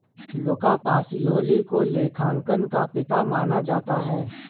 लुका Pacioli को लेखांकन का पिता माना जाता है